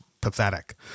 pathetic